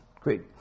Great